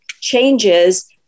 changes